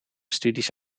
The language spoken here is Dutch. studies